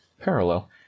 parallel